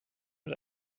mit